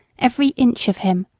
every inch of him.